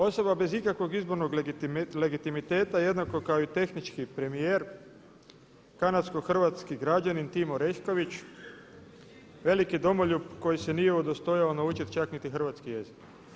Osoba bez ikakvog izbornog legitimiteta jednako kao i tehnički premijer, kanadsko-hrvatski građanin Tim Orešković veliki domoljub koji se nije udostojio naučiti čak niti hrvatski jezik.